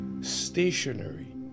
stationary